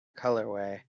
colorway